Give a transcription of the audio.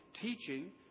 teaching